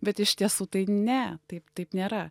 bet iš tiesų tai ne taip taip nėra